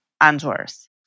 answers